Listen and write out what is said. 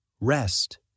Rest